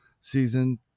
season